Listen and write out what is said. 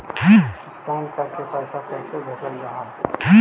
Scan करके पैसा कैसे भेजल जा हइ?